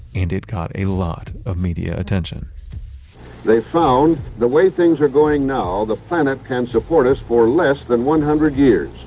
and it caught a lot of media attention they found the way things are going now, the planet can support us for less than one hundred years.